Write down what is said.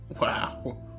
Wow